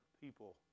people